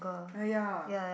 ah ya